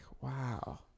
wow